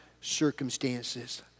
circumstances